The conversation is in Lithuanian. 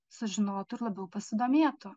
sužinotų ir labiau pasidomėtų